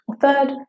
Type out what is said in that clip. Third